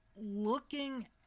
looking